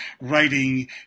writing